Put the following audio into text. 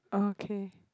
okay